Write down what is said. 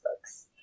books